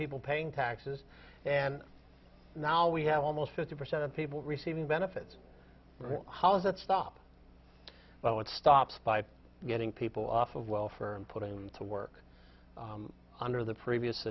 people paying taxes and now we have almost fifty percent of people receiving benefits how is that stop but what stops by getting people off of welfare and putting them to work under the previous